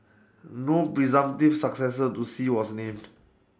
no presumptive successor to Xi was named